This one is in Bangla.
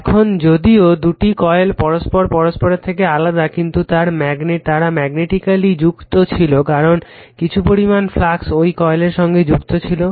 এখন যদিও দুটি কয়েল পরস্পর পরস্পরের থেকে আলাদা কিন্তু তার ম্যাগনেটিক্যালি যুক্ত ছিল কারণ কিছু পরিমাণ ফ্লাক্স ঐ কয়েলের সঙ্গে যুক্ত ছিলো